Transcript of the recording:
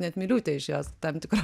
net miliūtė iš jos tam tikro